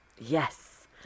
Yes